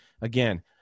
again